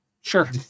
Sure